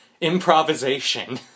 improvisation